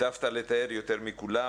היטבת לתאר יותר מכולם.